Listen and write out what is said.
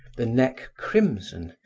the neck crimson,